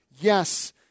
Yes